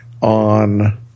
on